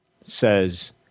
says